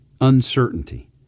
uncertainty